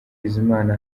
bizimana